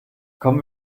kommen